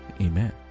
amen